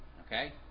Okay